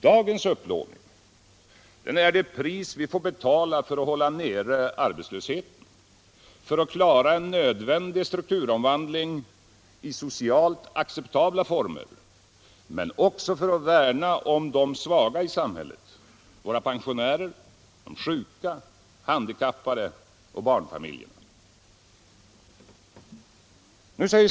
Dagens upplåning är det pris vi får betala för att hålla nere arbetslösheten, för att klara en nödvändig strukturomvandling i socialt acceptabla former, men också för att värna om de svaga i samhället — våra pensionärer, de sjuka, de handikappade och barnfamiljerna.